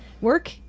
work